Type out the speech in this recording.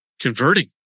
converting